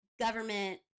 government